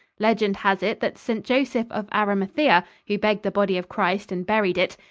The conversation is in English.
legend has it that st. joseph of arimathea, who begged the body of christ and buried it,